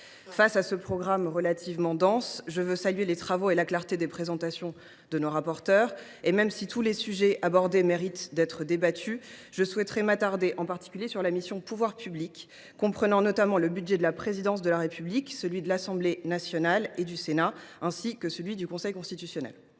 Face à ce programme relativement dense, je veux saluer les travaux et la clarté des présentations de nos rapporteurs. Même si tous les sujets abordés méritent d’être débattus, je souhaiterais m’attarder en particulier sur la mission « Pouvoirs publics », qui comprend notamment le budget de la Présidence de la République, ceux de l’Assemblée nationale et du Sénat, ainsi que celui du Conseil constitutionnel.